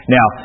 Now